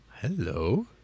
Hello